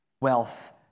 wealth